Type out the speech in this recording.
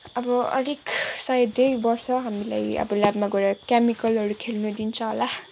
अब अलिक सायद यही वर्ष अब हामीलाई अब ल्याबमा गएर केमिकलहरू खेल्न दिन्छ होला